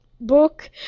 book